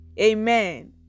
Amen